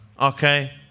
Okay